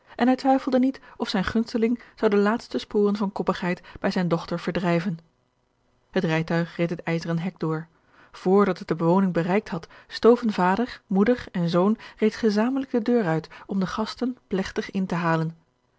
en hij twijfelde niet of zijn gunsteling zou de laatste sporen van koppigheid bij zijne dochter verdrijven het rijtuig reed het ijzeren hek door vr dat het de woning bereikt had stoven vader moeder en zoon reeds gezamenlijk de deur uit om de gasten plegtig in te halen